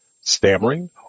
stammering